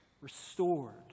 restored